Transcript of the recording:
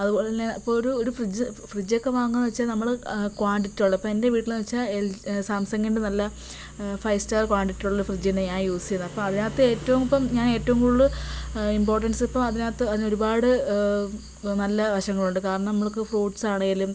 അതുപോലെത്തന്നെ ഇപ്പോൾ ഒരു ഒരു ഫ്രിഡ്ജ് ഫ്രിഡ്ജൊക്കെ വാങ്ങുവാ വെച്ചാൽ നമ്മൾ ക്വാണ്ടിറ്റി ഉള്ള ഇപ്പോൾ എൻ്റെ വീട്ടിൽ വെച്ചാൽ എൽ സാംസങ്ങിൻ്റെ നല്ല ഫൈവ് സ്റ്റാർ ക്വാണ്ടിറ്റി ഉള്ള ഫ്രിഡ്ജ് തന്നെയാ യൂസ് ചെയ്യുന്നത് അപ്പം അതിനകത്ത് ഏറ്റവും ഇപ്പം ഞാൻ ഏറ്റവും കൂടൂതൽ ഇമ്പോർട്ടറ്റൻസ് ഇപ്പോൾ അതിനകത്തു ഒരുപാട് നല്ല വശങ്ങളുണ്ട് കാരണം നമ്മൾക്ക് ഫ്രൂട്സ് ആണെങ്കിലും